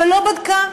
שלא בדקה.